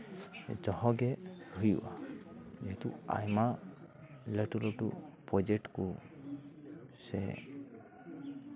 ᱡᱟᱦᱟᱸ ᱜᱮ ᱦᱩᱭᱩᱜᱼᱟ ᱱᱤᱛᱚᱜ ᱟᱭᱢᱟ ᱞᱟᱹᱴᱩ ᱞᱟᱹᱴᱩ ᱯᱨᱚᱡᱮᱠᱴ ᱠᱚ ᱥᱮ